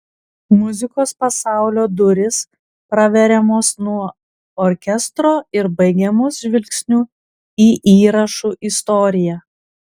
muzikos pasaulio durys praveriamos nuo orkestro ir baigiamos žvilgsniu į įrašų istoriją